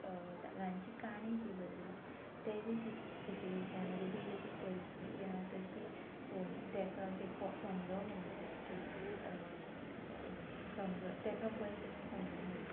ल्हानशी काणी शिवरली तेजी शि सिटेशन आ तेजी जशी परिस्थिती आहा तशी पळोवन ताका अशें समजो म्हणून तें की समजो तेका बरें तरेन समजून म्हणून